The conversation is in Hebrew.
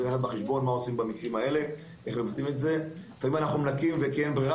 לפעמים אנחנו מנקים כי אין ברירה,